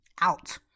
out